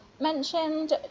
mentioned